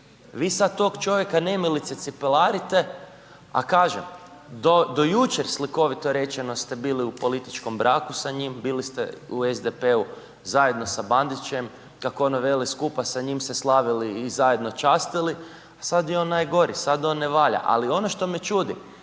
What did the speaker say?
Vi sada tog čovjeka nemilice cipelarite, a kažem, do jučer slikovito rečeno ste bili u političkom braku sa njim, bili ste u SDP-u zajedno sa Bandićem, kako ono veli skupa sa njim ste slavili i zajedno častili, a sada je on najgori, sad on ne valja. Ali ono što me čudi,